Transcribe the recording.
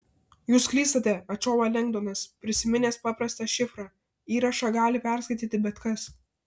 jūs klystate atšovė lengdonas prisiminęs paprastą šifrą įrašą gali perskaityti bet kas